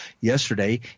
Yesterday